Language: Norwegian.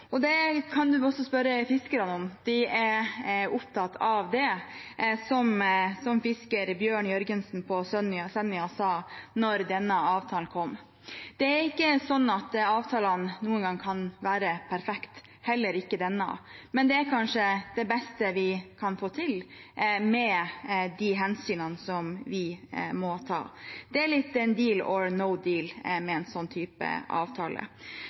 Det kan man også spørre fiskerne om. De er opptatt av det, som fisker Bjørn Jørgensen på Senja sa da denne avtalen kom. Det er ikke sånn at avtalene noen gang kan være perfekte, heller ikke denne, men det er kanskje det beste vi kan få til med de hensynene vi må ta. De er litt «deal» eller «no deal» med en sånn type avtale.